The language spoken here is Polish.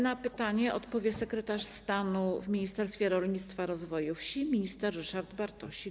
Na pytanie odpowie sekretarz stanu w Ministerstwie Rolnictwa i Rozwoju Wsi, minister Ryszard Bartosik.